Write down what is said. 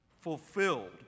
fulfilled